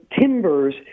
timbers